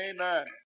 Amen